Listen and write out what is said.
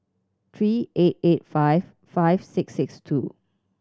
three eight eight five five six six two